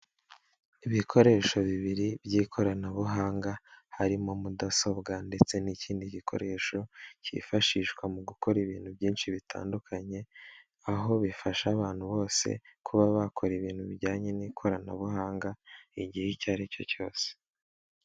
Ibikoresho bibiri by'ikoranabuhanga harimo mudasobwa ndetse n'ikindi gikoresho cyifashishwa mu gukora ibintu byinshi bitandukanye, aho bifasha abantu bose kuba bakora ibintu bijyanye n'ikoranabuhanga igihe icyo aricyo cyose.